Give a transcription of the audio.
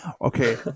Okay